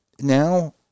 now